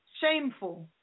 shameful